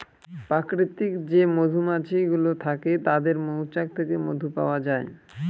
প্রাকৃতিক যে মধুমাছি গুলো থাকে তাদের মৌচাক থেকে মধু পাওয়া যায়